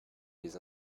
les